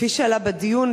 כפי שעלה בדיון,